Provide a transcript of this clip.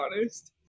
honest